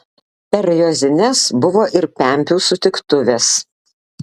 per juozines buvo ir pempių sutiktuvės